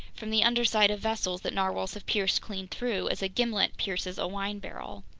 from the undersides of vessels that narwhales have pierced clean through, as a gimlet pierces a wine barrel.